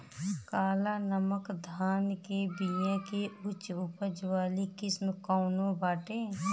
काला नमक धान के बिया के उच्च उपज वाली किस्म कौनो बाटे?